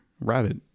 rabbit